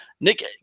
Nick